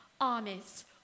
armies